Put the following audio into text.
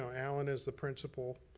so alan is the principal,